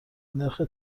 نرخ